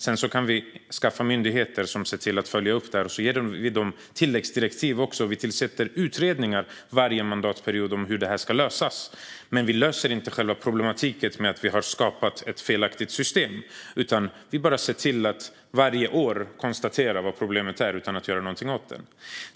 Sedan kan vi skaffa myndigheter som ser till att följa upp detta, och vi ger dem tilläggsdirektiv och tillsätter varje mandatperiod utredningar om hur det ska lösas. Men vi löser inte själva problemet med att vi har skapat ett felaktigt system. Vi ser bara till att varje år konstatera vad problemet är utan att göra någonting åt det.